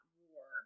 war